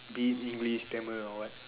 be it English Tamil or what